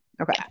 Okay